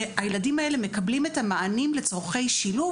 והילדים האלה מקבלים את המענים לצרכי שילוב,